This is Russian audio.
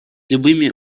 любыми